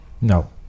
No